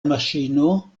maŝino